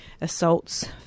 assaults